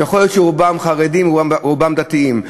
יכול להיות שרובם חרדים או רובם דתיים,